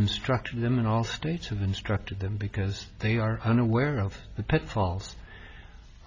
instructed them in all states of instructed them because they are unaware of the pitfalls